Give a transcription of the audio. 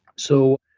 so,